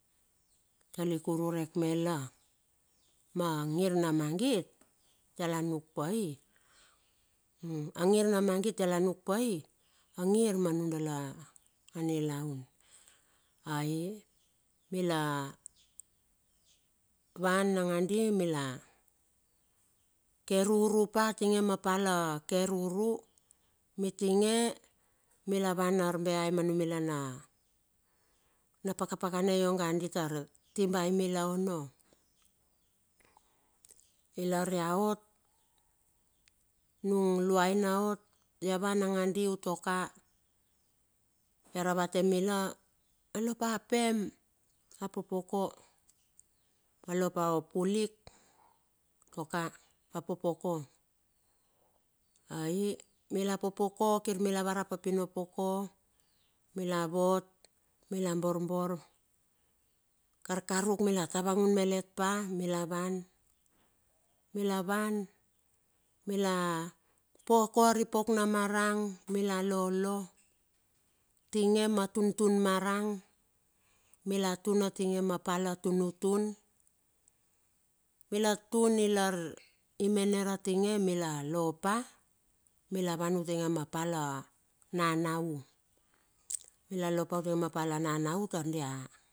Atalik ururek mela ma ngir na mangit, dala nuk pai, angir ma nundala nilaun. Aii milawan nangandi mila ke, ruru pa tinge ma pal a keruru. Mitinge mila wan arbeai manumila na pakapakana ionga ditar timbai mila ono. Ilar ia ot, nung luaina ot ia van nangandi utua ka, ia ravate mila. Wa lopa pem, wa popoko, walopa o pulik, u tuo ka wapopoko. Aii mila popko kir mila varap a pino poko. Mila vot mila borbor. Karkaruk mila tavangun melet pa, mila wan, mila poko arip pauk na marang, mila lolo utinge ma tuntun marang. Mila tun atinge ma pala tunutun. Mila tun ilar imener atinge, mila lopa. Milawan utinge ma pala nanau, mila lopa utinge ma pala nanau tar dia.